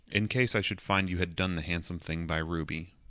in case i should find you had done the handsome thing by ruby.